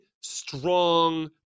strong